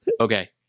Okay